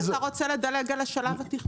אתה רוצה לדלג על השלב התכנוני?